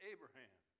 Abraham